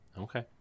Okay